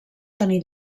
tenir